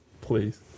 Please